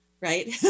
right